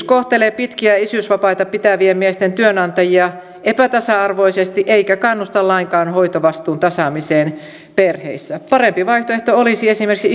kohtelee pitkiä isyysvapaita pitävien miesten työnantajia epätasa arvoisesti eikä kannusta lainkaan hoitovastuun tasaamiseen perheissä parempi vaihtoehto olisi esimerkiksi